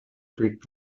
greek